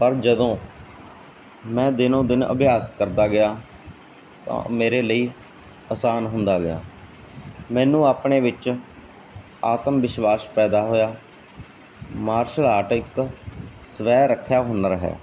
ਪਰ ਜਦੋਂ ਮੈਂ ਦਿਨੋ ਦਿਨ ਅਭਿਆਸ ਕਰਦਾ ਗਿਆ ਤਾਂ ਮੇਰੇ ਲਈ ਆਸਾਨ ਹੁੰਦਾ ਗਿਆ ਮੈਨੂੰ ਆਪਣੇ ਵਿੱਚ ਆਤਮ ਵਿਸ਼ਵਾਸ ਪੈਦਾ ਹੋਇਆ ਮਾਰਸ਼ਲ ਆਰਟ ਇਕ ਸਵੈ ਰੱਖਿਆ ਹੁਨਰ ਹੈ